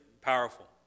powerful